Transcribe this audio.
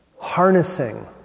harnessing